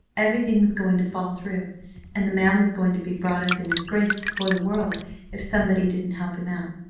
everything was going to fall through and the man was going to be brought up in disgrace before the world if somebody didn't help him out.